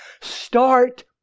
start